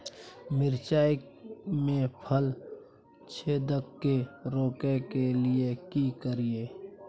मिर्चाय मे फल छेदक के रोकय के लिये की करियै?